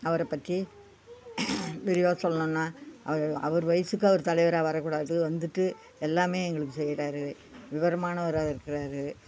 அவரை பற்றி விரிவாக சொல்லணுன்னா அவர் அவர் வயதுக்கு அவர் தலைவராக வரக்கூடாது வந்துவிட்டு எல்லாமே எங்களுக்கு செய்கிறாரு விவரமானவராகவும் இருக்கிறாரு